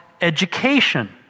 education